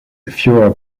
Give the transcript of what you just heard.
fewer